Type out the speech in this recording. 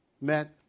met